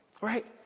Right